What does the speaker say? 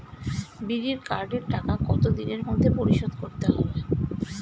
বিড়ির কার্ডের টাকা কত দিনের মধ্যে পরিশোধ করতে হবে?